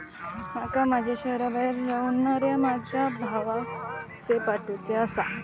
माका माझ्या शहराबाहेर रव्हनाऱ्या माझ्या भावाक पैसे पाठवुचे आसा